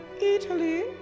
Italy